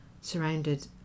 surrounded